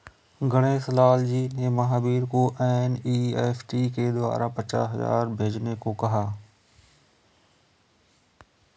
गणेश लाल जी ने महावीर को एन.ई.एफ़.टी के द्वारा पचास हजार भेजने को कहा